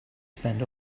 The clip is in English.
spend